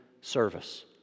service